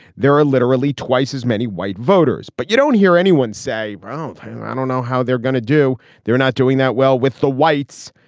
there are literally twice as many white voters but you don't hear anyone say oh i don't know how they're gonna do they're not doing that well with the whites.